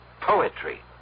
poetry